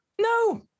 No